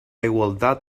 igualtat